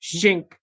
shink